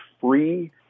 free